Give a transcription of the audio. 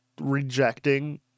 rejecting